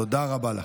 תודה רבה לכם.